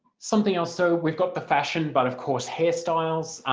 something else so we've got the fashion but of course hairstyles.